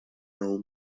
aún